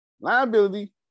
liability